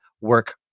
work